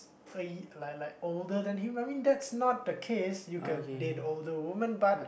a like like older than him I mean that's not the case you can date older women but